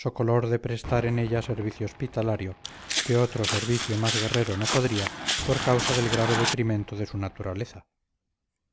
so color de prestar en ella servicio hospitalario que otro servicio más guerrero no podría por causa del grave detrimento de su naturaleza